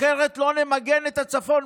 אחרת לא נמגן את הצפון.